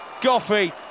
goffey